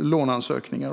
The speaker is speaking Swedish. låneansökningar.